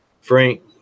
Frank